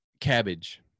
cabbage